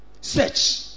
Search